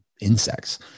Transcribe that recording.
insects